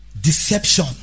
deception